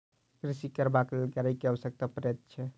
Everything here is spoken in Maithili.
कृषि करबाक लेल गाड़ीक आवश्यकता पड़ैत छै